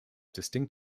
distinct